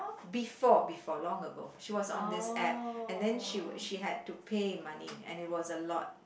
before before long ago she was on this app and then she would she had to pay money and it was a lot